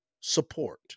support